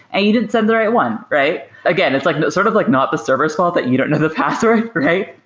and you didn't send the right one. again, it's like sort of like not the server s fault that you don't know the password, right?